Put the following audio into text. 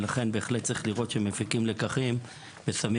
ולכן בהחלט צריך לראות שמפיקים את הלקחים ושמים